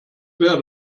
wäre